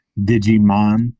digimon